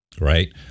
Right